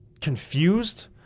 confused